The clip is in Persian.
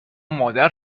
مادر